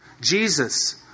Jesus